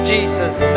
Jesus